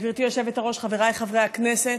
גברתי היושבת-ראש, חבריי חברי הכנסת,